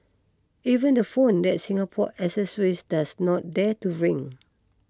even the phone that Singapore accessories does not dare to ring